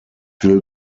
will